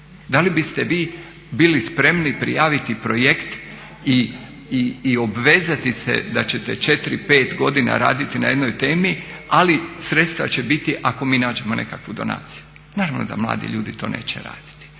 Da li biste vi bili spremni prijaviti projekt i obvezati da ćete 4, 5 godina raditi na jednoj temi, ali sredstva će biti ako mi nađemo nekakvu donaciju. Naravno da mladi ljudi to neće raditi.